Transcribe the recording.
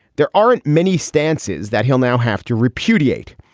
there aren't many stances that he'll now have to repudiate.